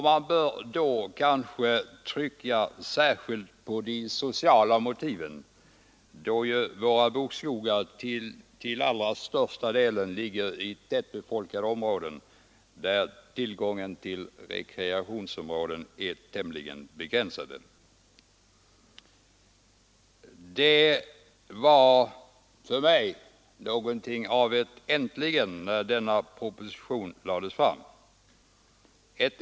Man bör här trycka särskilt på de sociala motiven, då ju våra bokskogar till allra största delen ligger i tätbefolkade delar av landet, där tillgången till rekreationsområden är tämligen begränsad. Det var för mig någonting av ett ”äntligen” när denna proposition lades fram.